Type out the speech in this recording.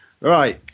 Right